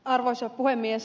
arvoisa puhemies